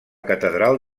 catedral